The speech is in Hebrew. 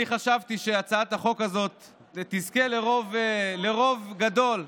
אני חשבתי שהצעת החוק הזאת תזכה לרוב גדול,